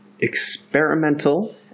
experimental